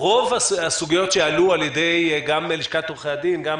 רוב הסוגיות שעלו, גם על ידי לשכת עורכי הדין וגם